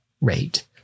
rate